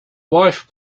wife